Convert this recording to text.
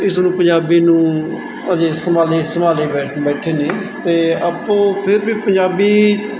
ਇਸ ਨੂੰ ਪੰਜਾਬੀ ਨੂੰ ਅਜੇ ਸੰਭਾਲੇ ਸੰਭਾਲੇ ਬੈਠੇ ਨੇ ਅਤੇ ਆਪੋ ਫਿਰ ਵੀ ਪੰਜਾਬੀ